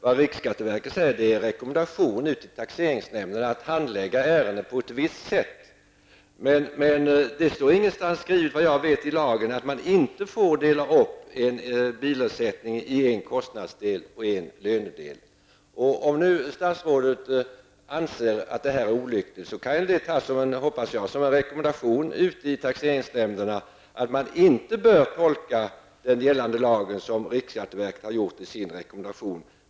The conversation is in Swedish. Vad riksskatteverket säger är en rekommendation till taxeringsnämnderna att handlägga ett ärende på ett visst sätt. Men såvitt jag vet står det ingenstans skrivet i lagen att man inte får dela upp en bilersättning i en kostnadsdel och en lönedel. Om nu statsrådet anser att tolkningen är olycklig, hoppas jag att det tas som en rekommendation i taxeringsnämnderna att man inte bör tolka den gällande lagen som riksskatteverket har gjort i sin rekommendation.